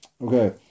Okay